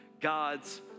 God's